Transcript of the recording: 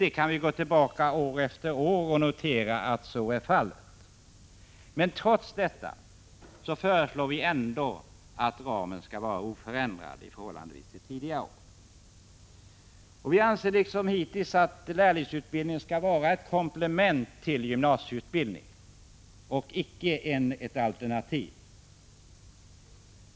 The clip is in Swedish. Vi kan notera att så har varit fallet år efter år. Trots detta föreslår vi att ramen skall var oförändrad i förhållande till tidigare år. Vi anser nu, liksom vi hittills har gjort, att lärlingsutbildningen skall vara ett komplement till gymnasieutbildning och icke ett alternativ.